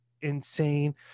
insane